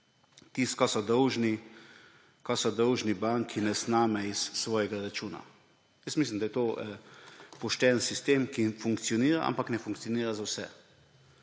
tisto, kar so dolžni banki, ne sname iz njihovega računa. Jaz mislim, da je to pošten sistem, ki funkcionira, ampak ne funkcionira za vse.